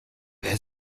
wer